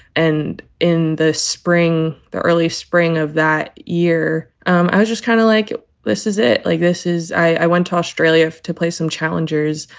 and in the spring, the early spring of that year, um i was just kind of like this is it like this is. i went to australia to play some challengers.